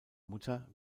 mutter